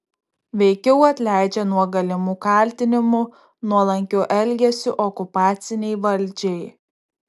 veikiau atleidžia nuo galimų kaltinimų nuolankiu elgesiu okupacinei valdžiai